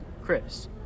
Chris